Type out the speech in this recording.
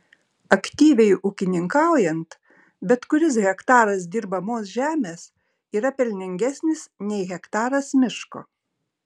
aktyviai ūkininkaujant bet kuris hektaras dirbamos žemės yra pelningesnis nei hektaras miško